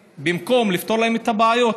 במקום לפתור להם את הבעיות,